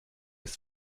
ist